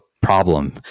Problem